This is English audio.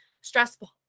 stressful